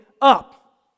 up